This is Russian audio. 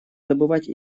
забывать